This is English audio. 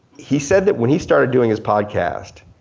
he said that when he started doing his podcast,